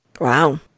Wow